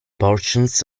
portions